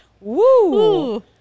Woo